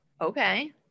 Okay